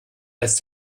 lässt